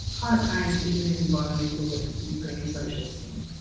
climate change isn't an environmental, lefty, hippy, greenie, socialist thing.